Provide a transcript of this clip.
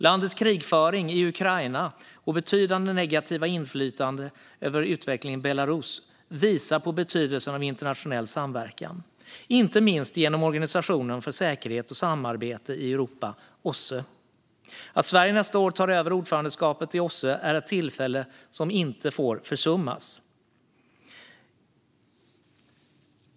Landets krigföring i Ukraina och betydande negativa inflytande över utvecklingen i Belarus visar på betydelsen av internationell samverkan, inte minst genom Organisationen för säkerhet och samarbete i Europa, OSSE. Att Sverige nästa år tar över ordförandeskapet i OSSE är ett tillfälle som inte får försummas.